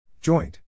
Joint